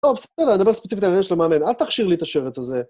טוב, בסדר, אני אדבר ספציפית על העניין של המאמן, אל תכשיר לי את השבט הזה.